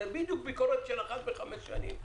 זה בדיוק ביקורת של אחת לחמש שנים.